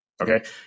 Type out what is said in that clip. Okay